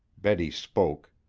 betty spoke.